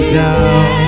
down